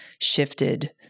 shifted